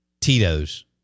Tito's